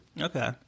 Okay